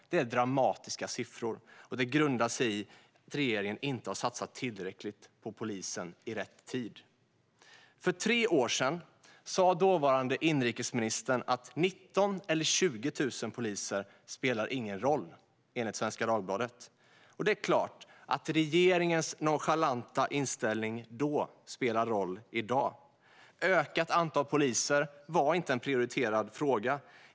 Det är dramatiska siffror, och det grundar sig i att regeringen inte har satsat tillräckligt på polisen i rätt tid. För tre år sedan sa dåvarande inrikesministern enligt Svenska Dagbladet att 19 000 eller 20 000 poliser inte spelar någon roll. Det är klart att regeringens nonchalanta inställning då spelar roll i dag. Ett ökat antal poliser var inte en prioriterad fråga.